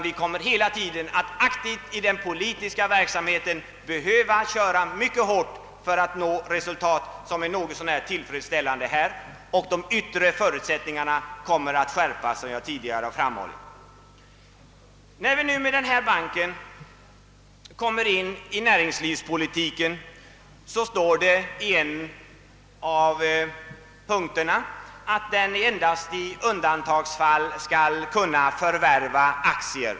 Vi kommer hela tiden att i den politiska aktiviteten behöva köra mycket hårt för att nå resultat som är något så när tillfredsställande samtidigt som de yttre förutsättningarna kommer att skärpas, som jag tidigare har framhållit. Med denna investeringsbank ger vi oss in i näringslivspolitiken. Det står emellertid i en av punkterna att banken endast »i undantagsfall skall kunna förvärva aktier».